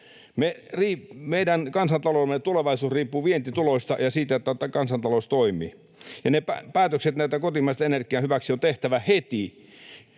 Meidän kansantaloutemme tulevaisuus riippuu vientituloista ja siitä, että kansanta-lous toimii, ja ne päätökset tämän kotimaisen energian hyväksi on tehtävä heti.